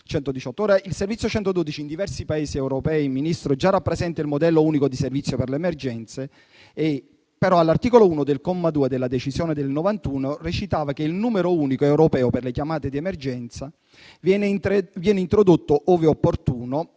il servizio 112 in diversi Paesi europei già rappresenta il modello unico di servizio per le emergenze; l'art. 1, comma 2, della decisione del 1991 recita: "Il numero unico europeo per chiamate di emergenza viene introdotto, ove opportuno,